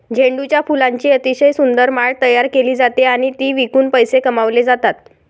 झेंडूच्या फुलांची अतिशय सुंदर माळ तयार केली जाते आणि ती विकून पैसे कमावले जातात